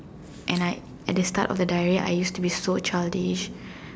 and I at the start of the diary I used to be so childish